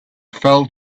fell